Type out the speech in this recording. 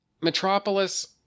Metropolis